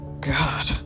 god